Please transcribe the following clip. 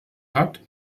hat